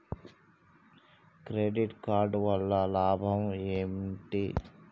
Credit card వల్ల లాభం ఏంటి?